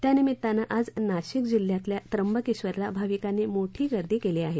त्यानिमित्तानं आज नाशिक जिल्ह्यातल्या त्र्यंबकेक्षरला भाविकांनी मोठी गर्दी केली आहे